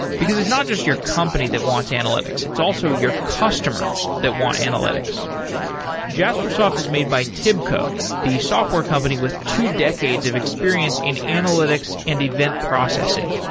because it's not just your company that wants analytics, it's also your customers that want analytics jaspersoft is made by tibco, the software company with two decades of experience in analytics and event processing.